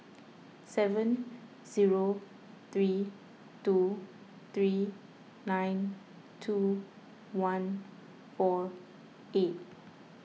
seven zero three two three nine two one four eight